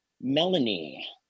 Melanie